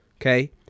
Okay